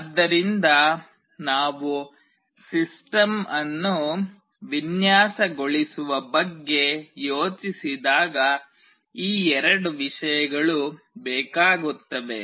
ಆದ್ದರಿಂದ ನಾವು ಸಿಸ್ಟಮ್ ಅನ್ನು ವಿನ್ಯಾಸಗೊಳಿಸುವ ಬಗ್ಗೆ ಯೋಚಿಸಿದಾಗ ಈ ಎರಡು ವಿಷಯಗಳು ಬೇಕಾಗುತ್ತವೆ